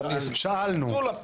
אבל --- שאלנו.